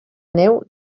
neu